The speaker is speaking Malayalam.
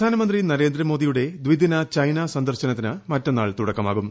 പ്രധാനമന്ത്രി നരേന്ദ്രമോദിയുടെ ദ്വിദിന ചൈന സന്ദർശനത്തിന് ശനിയാഴ്ച തുടക്കമാകും